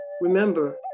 Remember